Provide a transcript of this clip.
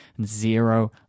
zero